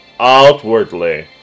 outwardly